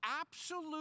absolute